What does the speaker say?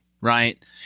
Right